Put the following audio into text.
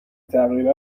تغییر